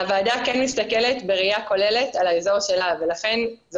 הוועדה כן מסתכלת בראיה כוללת על האזור שלה ולכן זה